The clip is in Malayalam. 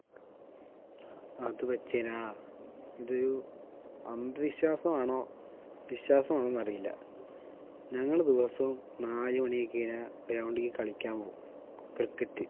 അത് വെച്ചീന ഇതൊരു അന്ധവിശ്വാസമാണോ വിശ്വാസമാണോയെന്നറിയില്ല ഞങ്ങള് ദിവസവും നാല് മണി ആയിക്കയിഞ്ഞാൽ ഗ്രൗണ്ടിൽ കളിയ്ക്കാൻ പോകും ക്രിക്കറ്റ്